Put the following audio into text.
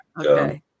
Okay